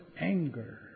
anger